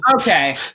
Okay